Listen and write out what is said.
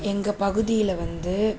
எங்கள் பகுதியில் வந்து